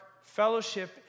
fellowship